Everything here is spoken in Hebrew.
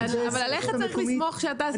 --- אבל עליך צריך לסמוך שאתה עשית את מה שצריך.